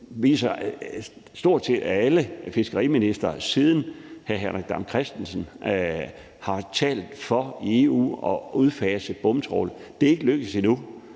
derfor har stort set alle fiskeriministre siden hr. Henrik Dam Kristensen i EU talt for at udfase bomtrawl. Det er ikke lykkedes endnu,